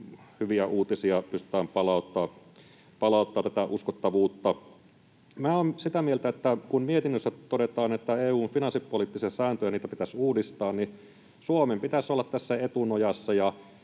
hyviä uutisia ja pystytään palauttamaan tätä uskottavuutta. Minä olen sitä mieltä, että kun mietinnössä todetaan, että EU:n finanssipoliittisia sääntöjä pitäisi uudistaa, niin Suomen pitäisi olla tässä etunojassa